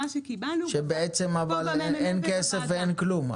כשבעצם אין כסף ואין כלום,